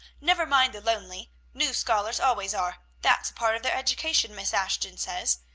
never mind the lonely new scholars always are that's a part of their education, miss ashton says.